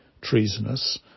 treasonous